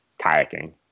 kayaking